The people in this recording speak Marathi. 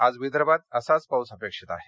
आज विदर्भात असाच पाऊस अपेक्षित आहे